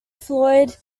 floyd